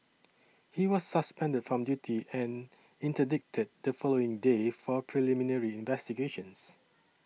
he was suspended from duty and interdicted the following day for preliminary investigations